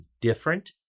different